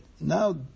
Now